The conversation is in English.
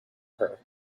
her